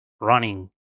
running